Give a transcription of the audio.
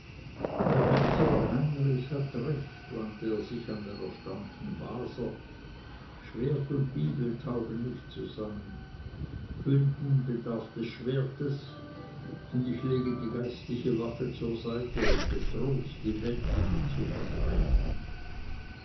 der herzog heinrich hat recht wandte er sich an den erstaunten waser schwert und bibel taugen nicht zusammen bünden bedarf des schwertes und ich lege die geistliche waffe zur seite um getrost die weltliche zu ergreifen